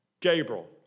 Gabriel